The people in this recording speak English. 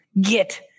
get